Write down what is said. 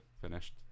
finished